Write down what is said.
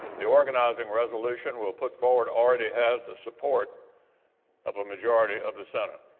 the organizing resolution will put forward already has the support of a majority of the senate.